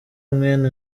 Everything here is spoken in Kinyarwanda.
mwene